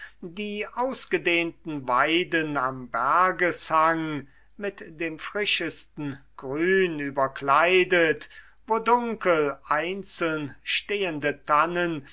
die ausgedehnten weiden am bergeshang mit dem frischesten grün überkleidet wo dunkel einzeln stehende tannen